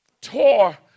tore